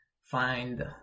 find